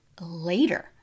later